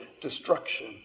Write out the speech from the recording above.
destruction